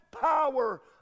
power